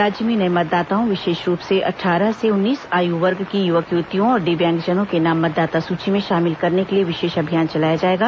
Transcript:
राज्य में नए मतदाताओं विशेष रूप से अट्ठारह से उन्नीस आयु वर्ग की युवक युवतियों और दिव्यांगजनों के नाम मतदाता सूची में शामिल करने के लिए विशेष अभियान चलाया जाएगा